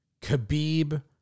Khabib